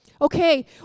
Okay